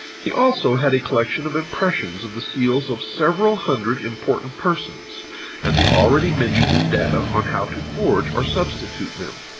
he also had a collection of impressions of the seals of several hundred important persons and the already mentioned data on how to forge or substitute them.